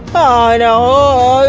ah no!